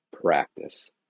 practice